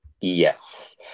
Yes